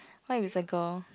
what if it's a girl